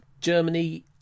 Germany